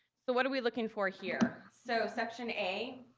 so what are we looking for here? so section a,